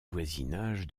voisinage